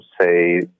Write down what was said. say